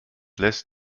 lässt